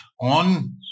on